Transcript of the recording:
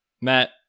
Matt